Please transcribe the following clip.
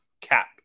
cap